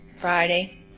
Friday